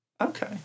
Okay